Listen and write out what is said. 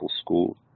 school